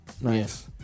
Nice